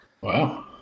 wow